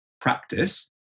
practice